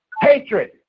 hatred